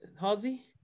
Halsey